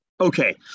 Okay